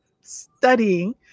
studying